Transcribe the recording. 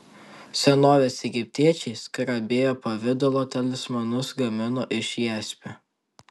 senovės egiptiečiai skarabėjo pavidalo talismanus gamino iš jaspio